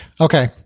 Okay